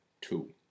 two